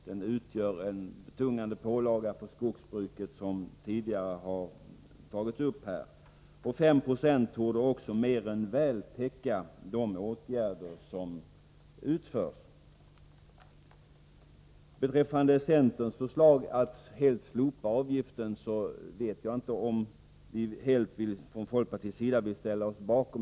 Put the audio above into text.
Den utgör, som tidigare har framhållits, en betungande pålaga på skogsbruket. Ett uttag på S9oo torde också mer än väl täcka de åtgärder som utförs. Jag vet inte om folkpartiet kan ställa sig bakom centerns förslag att helt slopa avgiften.